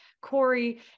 Corey